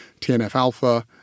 TNF-alpha